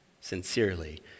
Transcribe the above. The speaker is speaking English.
sincerely